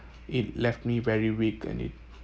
it left me very weak and it